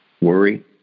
worry